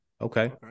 Okay